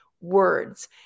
words